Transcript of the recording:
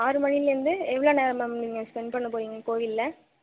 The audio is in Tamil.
ஆறு மணிலேருந்து எவ்வளோ நேரம் மேம் நீங்கள் ஸ்பெண்ட் பண்ண போகிறீங்க கோயிலில்